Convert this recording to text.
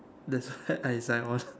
that's why I sign on